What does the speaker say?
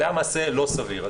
זה היה מעשה לא סביר.